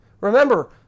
remember